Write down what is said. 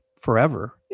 forever